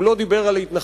הוא לא דיבר על התנחלויות,